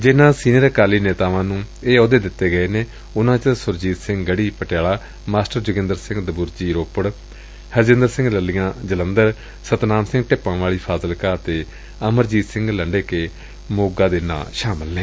ਜਿਨਾਂ ਸੀਨੀਅਰ ਅਕਾਲੀ ਨੇਤਾਵਾਂ ਨੂੰ ਇਹ ਆਹੁਦੇ ਦਿੱਤੇ ਗਏ ਨੇ ਉਨਾਂ ਚ ਸੁਰਜੀਤ ਸਿੰਘ ਗੜੀ ਪਟਿਆਲਾ ਮਾਸਟਰ ਜੋਗਿੰਦਰ ਸਿੰਘ ਦਬੁਰਜੀ ਰੋਪੜ ਹਰਜਿੰਦਰ ਸਿੰਘ ਲੱਲੀਆ ਜਲੰਧਰ ਸਤਿੰਨਾਮ ਸਿੰਘ ਢਿੱਪਾਵਾਲੀ ਫਾਜ਼ਿਲਕਾ ਅਤੇ ਅਮਰਜੀਤ ਸਿੰਘ ਲੰਡੇਕੇ ਮੋਗਾ ਦੇ ਨਾਂ ਸ਼ਾਮਲ ਨੇ